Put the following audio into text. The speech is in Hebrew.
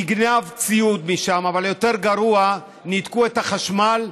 נגנב ציוד משם, אבל יותר גרוע, ניתקו את החשמל,